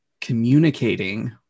communicating